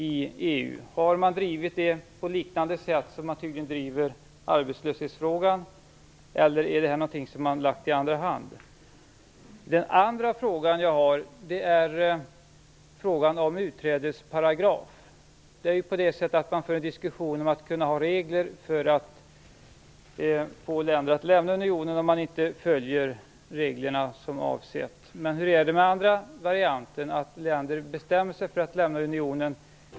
Har frågan drivits på ungefär samma sätt som man tydligen driver arbetslöshetsfrågan? Eller är miljöfrågan något som kommer i andra hand? Min andra fråga gäller en utträdesparagraf. Man för en diskussion om att ha regler för att få länder att lämna unionen om de inte följer reglerna. Men hur är det om länder bestämmer sig för att lämna unionen?